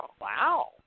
Wow